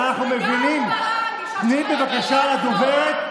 אי-אפשר להתנהג בצורה כזאת.